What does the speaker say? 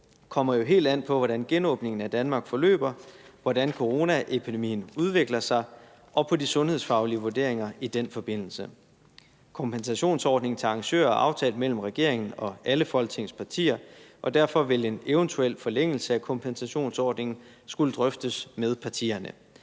kommer jo helt an på, hvordan genåbningen af Danmark forløber, hvordan coronaepidemien udvikler sig og på de sundhedsfaglige vurderinger i den forbindelse. Kompensationsordningen til arrangører er aftalt mellem regeringen og alle Folketingets partier, og derfor vil en eventuel forlængelse af kompensationsordningen skulle drøftes med partierne.